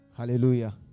Hallelujah